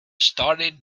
started